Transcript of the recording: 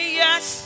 yes